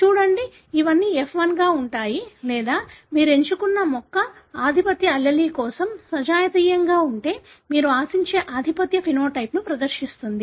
చూడండి ఇవన్నీ F1 గా ఉంటాయి లేదా మీరు ఎంచుకున్న మొక్క ఆధిపత్య యుగ్మ వికల్పం కోసం సజాతీయంగా ఉంటే మీరు ఆశించే ఆధిపత్య సమలక్షణాన్ని ప్రదర్శిస్తుంది